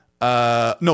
no